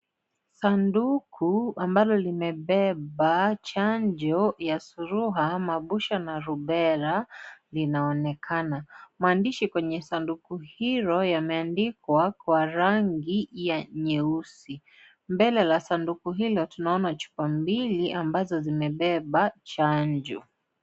Sanduku ambalo limebeba chanjo la suluha, mabusha na rubela linaonekana. Maandishi kwenye sanduku hilo yameandikwa kwa rangi ya nyeusi. Mbele la sanduku hilo tunaona chupa mbili ambazo zimebeba chanjo.